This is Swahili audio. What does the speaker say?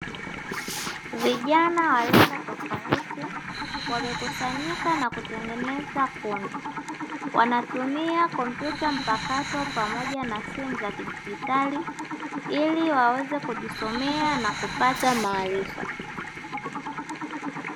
Vijana wa rika tofauti wamekusanyika na kutengeneza kundi wanatumia kompyuta mpakato pamoja na simu za kijihitaji ili waweze kujisomea na kupata maarifa.